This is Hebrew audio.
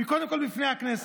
קודם כול בפני הכנסת.